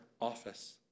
office